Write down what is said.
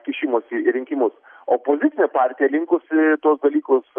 kišimosi į rinkimus opozicinė partija linkusi tuos dalykus